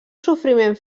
sofriment